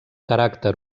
caràcter